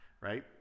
right